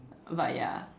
but ya